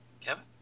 Kevin